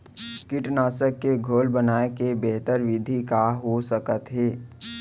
कीटनाशक के घोल बनाए के बेहतर विधि का हो सकत हे?